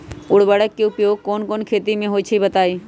उर्वरक के उपयोग कौन कौन खेती मे होई छई बताई?